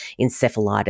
encephalitis